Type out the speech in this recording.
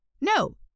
No